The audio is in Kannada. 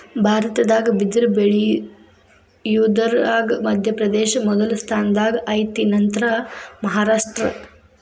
ಭಾರತದಾಗ ಬಿದರ ಬಳಿಯುದರಾಗ ಮಧ್ಯಪ್ರದೇಶ ಮೊದಲ ಸ್ಥಾನದಾಗ ಐತಿ ನಂತರಾ ಮಹಾರಾಷ್ಟ್ರ